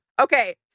Okay